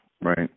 Right